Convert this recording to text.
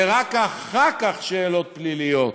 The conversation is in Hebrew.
ורק אחר כך שאלות פליליות,